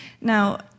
Now